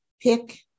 pick